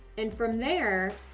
and from there,